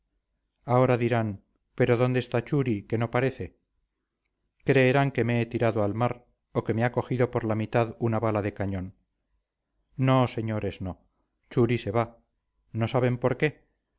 ahora dirán pero dónde está churi que no parece creerán que me he tirado al mar o que me ha cogido por la mitad una bala de cañón no señores no churi se va no saben por qué